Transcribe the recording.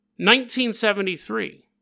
1973